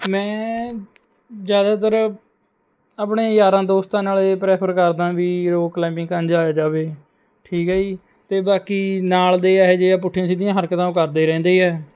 ਮੈਂ ਜ਼ਿਆਦਾਤਰ ਆਪਣੇ ਯਾਰਾਂ ਦੋਸਤਾਂ ਨਾਲ਼ ਹੀ ਪ੍ਰੈਫ਼ਰ ਕਰਦਾ ਵੀ ਰੌਕ ਕਲਾਈਮਬਿੰਗ ਕਰਨ ਜਾਇਆ ਜਾਵੇ ਠੀਕ ਹੈ ਜੀ ਅਤੇ ਬਾਕੀ ਨਾਲ ਦੇ ਇਹੋ ਜਿਹੇ ਹੈ ਪੁੱਠੀਆਂ ਸਿੱਧੀਆਂ ਹਰਕਤਾਂ ਉਹ ਕਰਦੇ ਰਹਿੰਦੇ ਹੈ